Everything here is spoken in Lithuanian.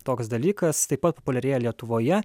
toks dalykas taip pat populiarėja lietuvoje